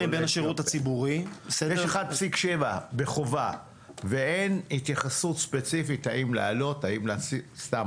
יש 1.7 בחובה ואין התייחסות ספציפית האם להעלות האם להסיט.